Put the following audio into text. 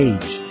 Age